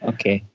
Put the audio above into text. Okay